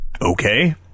Okay